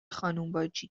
خانمباجی